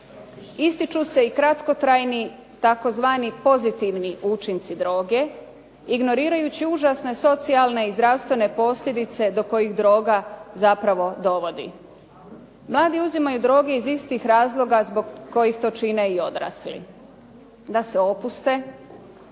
Ističu se i kratkotrajni tzv. pozitivni učinci droge ignorirajući užasne socijalne i zdravstvene posljedice do kojih droga zapravo dovodi. Mladi uzimaju droge iz istih razloga zbog kojih to čine i odrasli, da se opuste,